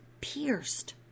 pierced